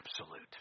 absolute